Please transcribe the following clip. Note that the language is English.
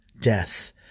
death